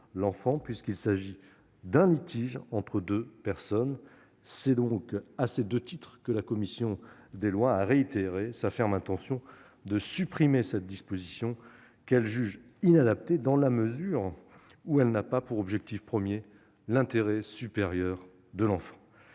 l'enfant, puisqu'il s'agit d'un litige entre deux personnes adultes. C'est à ces deux titres que la commission des lois a réitéré sa ferme intention de supprimer cette disposition qu'elle juge inadaptée, dans la mesure où elle n'a pas pour objectif premier l'intérêt supérieur de l'enfant.